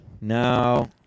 No